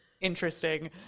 interesting